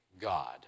God